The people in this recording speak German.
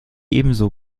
ebenso